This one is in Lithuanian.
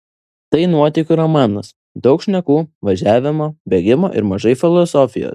tai nuotykių romanas daug šnekų važiavimo bėgimo ir mažai filosofijos